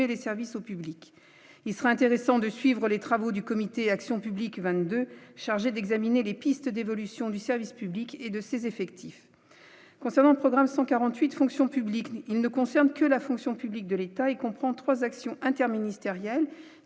les services au public, il sera intéressant de suivre les travaux du comité action publique 22 chargée d'examiner les pistes d'évolution du service public et de ses effectifs concernant programme 148 Fonction publique mais il ne concerne que la fonction publique de l'État et comprend 3 actions interministérielles